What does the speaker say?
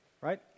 Right